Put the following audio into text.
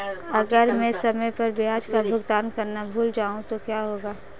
अगर मैं समय पर ब्याज का भुगतान करना भूल जाऊं तो क्या होगा?